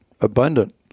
abundant